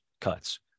cuts